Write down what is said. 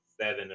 seven